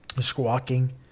squawking